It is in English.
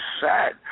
sad